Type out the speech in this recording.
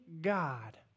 God